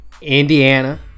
Indiana